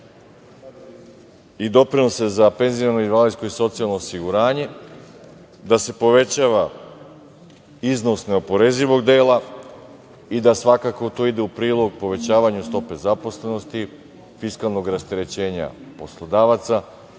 i doprinose za penziono, invalidsko i socijalno osiguranje, da se povećava iznos neoporezivog dela i da svakako to ide u prilog povećavanju stope zaposlenosti, fiskalnog rasterećenja poslodavaca